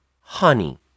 Honey